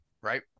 right